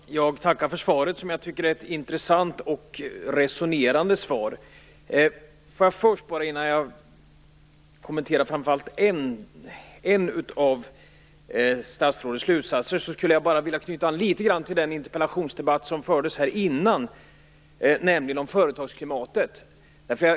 Fru talman! Jag tackar för svaret, som jag tycker är ett intressant och resonerande svar. Får jag först, innan jag kommenterar framför allt en av statsrådets slutsatser, knyta an litet grand till den interpellationsdebatt som fördes här tidigare, nämligen om företagsklimatet.